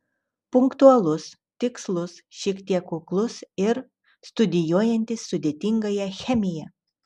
punktualus tikslus šiek tiek kuklus ir studijuojantis sudėtingąją chemiją